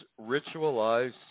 ritualized